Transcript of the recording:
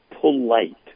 polite